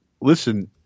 listen